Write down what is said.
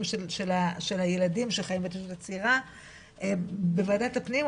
של הילדים שחיים בהתיישבות הצעירה בוועדת הפנים,